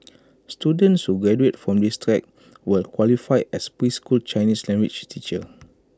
students who graduate from this track will qualify as preschool Chinese language teachers